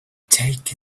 take